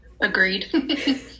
Agreed